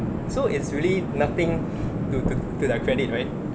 so it's really nothing to to to like credit right